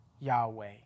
Yahweh